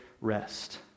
rest